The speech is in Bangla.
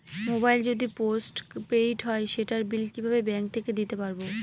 মোবাইল যদি পোসট পেইড হয় সেটার বিল কিভাবে ব্যাংক থেকে দিতে পারব?